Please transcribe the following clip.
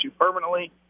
permanently